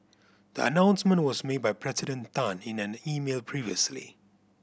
the announcement was made by President Tan in an email previously